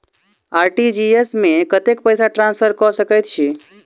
RTGS मे कतेक पैसा ट्रान्सफर कऽ सकैत छी?